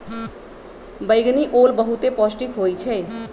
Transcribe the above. बइगनि ओल बहुते पौष्टिक होइ छइ